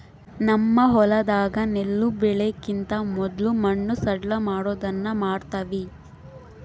ನಮ್ಮ ಹೊಲದಾಗ ನೆಲ್ಲು ಬೆಳೆಕಿಂತ ಮೊದ್ಲು ಮಣ್ಣು ಸಡ್ಲಮಾಡೊದನ್ನ ಮಾಡ್ತವಿ